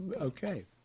Okay